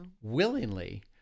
willingly